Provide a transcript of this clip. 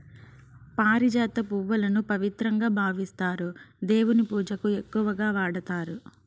పారిజాత పువ్వులను పవిత్రంగా భావిస్తారు, దేవుని పూజకు ఎక్కువగా వాడతారు